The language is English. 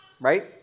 right